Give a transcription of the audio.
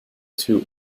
two